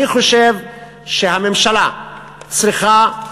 אני חושב שהממשלה צריכה,